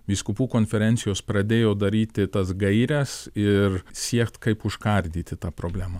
vyskupų konferencijos pradėjo daryti tas gaires ir siekt kaip užkardyti tą problemą